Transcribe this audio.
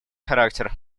характер